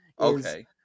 Okay